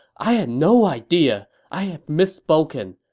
i had no idea! i have misspoken.